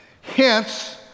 Hence